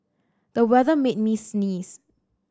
the weather made me sneeze